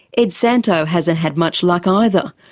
ed santow hasn't had much luck either.